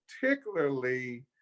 particularly